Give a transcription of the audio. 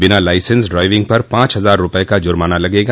बिना licence driving पर पांच हजार रुपये का जुर्माना लगगा